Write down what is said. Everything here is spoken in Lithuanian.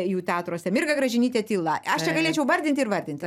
jų teatruose mirga gražinytė tyla aš čia galėčiau vardint ir vardint